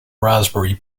raspberry